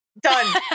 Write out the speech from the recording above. Done